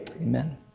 Amen